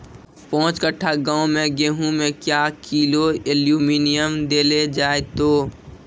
पाँच कट्ठा गांव मे गेहूँ मे क्या किलो एल्मुनियम देले जाय तो?